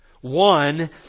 One